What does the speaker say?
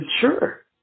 sure